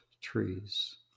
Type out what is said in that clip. trees